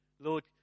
Lord